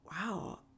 wow